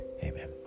Amen